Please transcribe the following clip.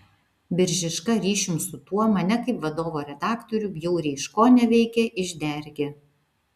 biržiška ryšium su tuo mane kaip vadovo redaktorių bjauriai iškoneveikė išdergė